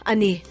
Ani